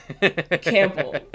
Campbell